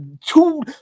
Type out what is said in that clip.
two